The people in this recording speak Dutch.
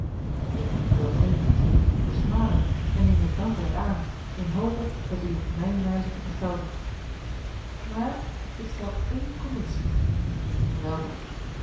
ik wil geen liefdedienst versmaden en neme het dankelijk aan in hope het u op mijne wijze te vergelden maar ik stel eene conditie welke